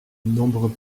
nombreux